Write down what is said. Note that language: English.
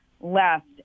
left